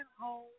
home